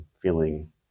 feeling